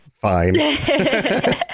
fine